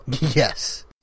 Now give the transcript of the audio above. Yes